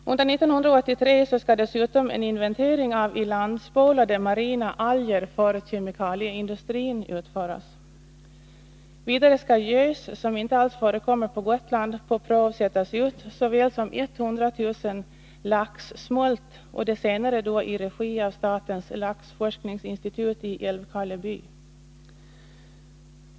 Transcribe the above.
Under 1983 skall dessutom en inventering av ilandspolade marina alger för kemikalieindustrin utföras. Vidare skall gös, som inte alls förekommer på Gotland, sättas ut på prov, liksom också 100 000 laxsmolt — det senare i regi av statens laxforskningsinstitut i Älvkarleby.